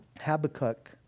Habakkuk